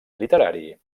literari